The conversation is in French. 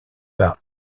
par